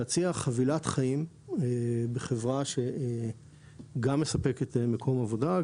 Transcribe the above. להציע חבילת חיים בחברה שגם מספקת מקום עבודה,